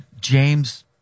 James